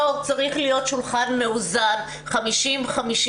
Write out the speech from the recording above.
לא, צריך להיות שולחן מאוזן, 50%-50%,